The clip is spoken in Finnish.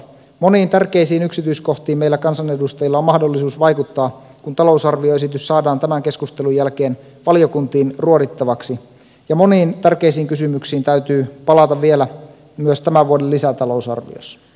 moniin tärkeisiin yksityiskohtiin meillä kansanedustajilla on mahdollisuus vaikuttaa kun talousarvioesitys saadaan tämän keskustelun jälkeen valiokuntiin ruodittavaksi ja moniin tärkeisiin kysymyksiin täytyy palata vielä myös tämän vuoden lisätalousarviossa